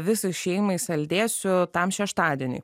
visai šeimai saldėsių tam šeštadieniui